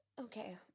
Okay